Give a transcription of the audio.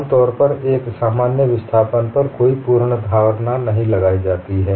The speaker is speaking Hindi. आमतौर पर एक सामान्य विस्थापन पर कोई पूर्व धारणा नहीं लगाया जाती है